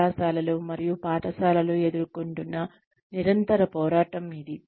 కళాశాలలు మరియు పాఠశాలలు ఎదుర్కొంటున్న నిరంతర పోరాటం ఇది